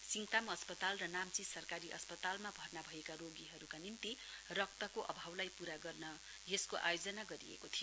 सिङताम अस्पताल र नाम्ची सरकारी अस्पतालमा भर्ना भएका रोगीहरूका निम्ति रक्तको अभावलाई पूरा गर्न यसको आयोजना गरिएको थियो